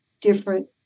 different